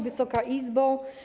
Wysoka Izbo!